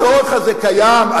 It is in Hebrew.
הצורך הזה קיים,